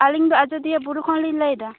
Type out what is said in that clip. ᱟᱹᱞᱤᱧ ᱫᱚ ᱟᱡᱚᱫᱤᱭᱟᱹ ᱵᱩᱨᱩ ᱠᱷᱚᱱ ᱞᱤᱧ ᱞᱟᱹᱭᱮᱫᱟ